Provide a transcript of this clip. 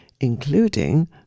including